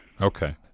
Okay